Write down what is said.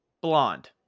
Blonde